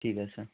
ঠিক আছে